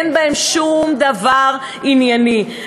אין בהן שום דבר ענייני,